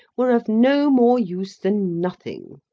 were of no more use than nothing.